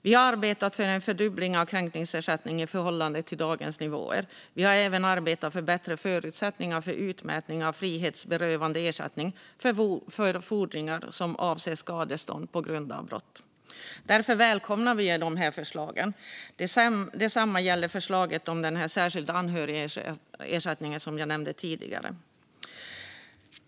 Vi har arbetat för en fördubbling av kränkningsersättningen i förhållande till dagens nivåer. Vi har även arbetat för bättre förutsättningar för utmätning av frihetsberövandeersättning för fordringar som avser skadestånd på grund av brott. Därför välkomnar vi de här förslagen. Detsamma gäller förslaget om särskild anhörigersättning, som jag nämnde tidigare.